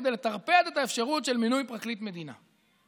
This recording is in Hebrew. כדי לטרפד את האפשרות של מינוי פרקליט מדינה.